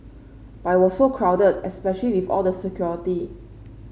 but it was so crowded especially with all the security